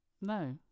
No